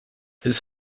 his